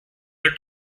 the